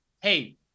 Hey